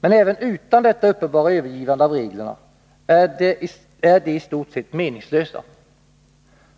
Men även utan detta uppenbara övergivande av reglerna är de i stort sett meningslösa.